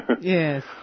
Yes